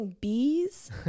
Bees